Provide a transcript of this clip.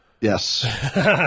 Yes